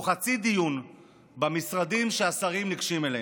חצי דיון במשרדים שהשרים ניגשים אליהם.